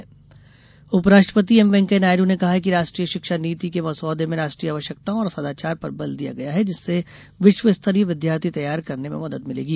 उपराष्ट्रपति उपराष्ट्रपति एम वेंकैया नायडू ने कहा है कि राष्ट्रीय शिक्षा नीति के मसौदे में राष्ट्रीय आवश्यकताओं और सदाचार पर बल दिया गया है जिससे विश्व स्तरीय विद्यार्थी तैयार करने में मदद मिलेगी